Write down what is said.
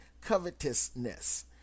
covetousness